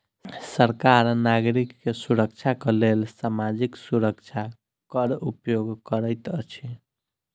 सरकार नागरिक के सुरक्षाक लेल सामाजिक सुरक्षा कर उपयोग करैत अछि